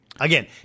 again